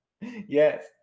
Yes